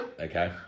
Okay